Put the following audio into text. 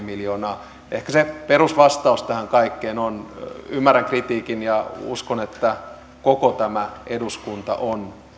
miljoonaa ehkä se perusvastaus tähän kaikkeen on ymmärrän kritiikin ja uskon että koko tämä eduskunta on